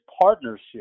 partnership